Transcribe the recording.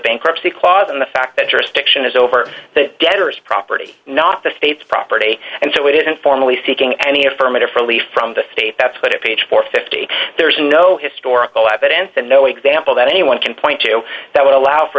bankruptcy clause and the fact that jurisdiction is over debtors property not the state's property and so it is informally seeking any affirmative relief from the state that put a page for fifty there's no historical evidence and no example that anyone can point to that would allow for